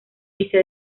vice